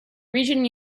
regional